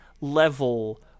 level